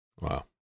Wow